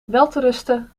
welterusten